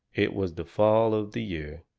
it was the fall of the year,